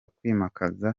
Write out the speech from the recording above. kwimakaza